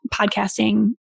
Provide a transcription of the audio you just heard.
podcasting